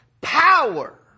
power